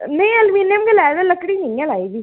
नेईं एल्मीनियम गै लाए दे न लकड़ी निं ऐ लाई दी